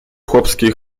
chłopskiej